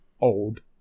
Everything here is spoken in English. old